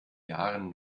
jahren